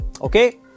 okay